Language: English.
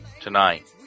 tonight